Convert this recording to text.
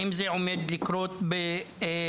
האם זה עומד לקרות בקרוב?